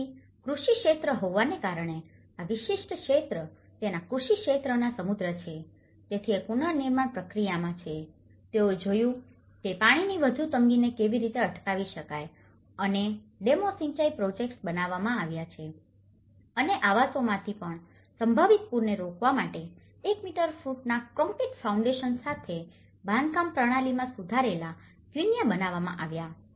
તેથી કૃષિ ક્ષેત્ર હોવાને કારણે આ વિશિષ્ટ ક્ષેત્ર તેના કૃષિ ક્ષેત્રમાં સમૃદ્ધ છે તેથી એક પુનર્નિર્માણ પ્રક્રિયામાં છે તેઓએ જોયું કે પાણીની વધુ તંગીને કેવી રીતે અટકાવી શકાય અને ડેમો સિંચાઈ પ્રોજેક્ટ્સ બનાવવામાં આવ્યા છે અને આવાસોમાંથી પણ સંભવિત પૂરને રોકવા માટે 1m ફુટના કોંક્રિટ ફાઉન્ડેશનો સાથે બાંધકામ પ્રણાલીમાં સુધારેલ ક્વિન્ચા બનાવવામાં આવ્યા હતા